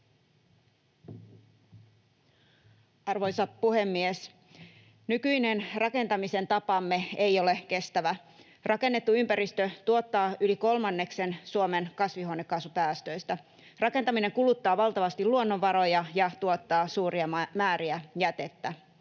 Arvoisa puhemies! Nykyinen rakentamisen tapamme ei ole kestävä. Rakennettu ympäristö tuottaa yli kolmanneksen Suomen kasvihuonekaasupäästöistä. Rakentaminen kuluttaa valtavasti luonnonvaroja ja tuottaa suuria määriä jätettä.